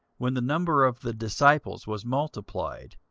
when the number of the disciples was multiplied,